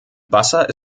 wasser